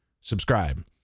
subscribe